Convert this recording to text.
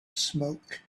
smoke